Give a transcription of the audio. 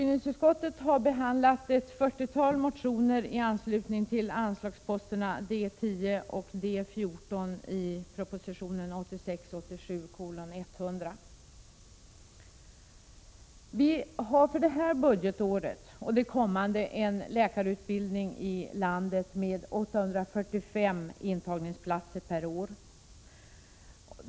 Vi har för detta budgetår och det kommande en läkarutbildning i landet med 845 intagningsplatser per år.